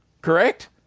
correct